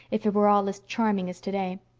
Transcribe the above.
if it were all as charming as today.